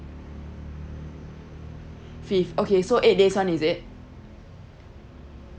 fifth okay so eight days [one] is it